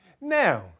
Now